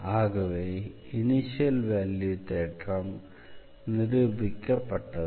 ஆகவே initial value தேற்றம் நிரூபிக்கப்பட்டது